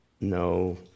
No